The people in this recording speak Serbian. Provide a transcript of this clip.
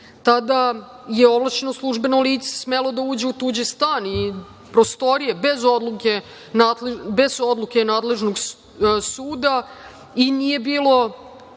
Tada je ovlašćeno službeno lice smelo da uđe u tuđi stan i prostorije bez odluke nadležnog suda i nije bilo